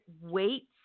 weights